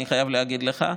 אני חייב להגיד לך,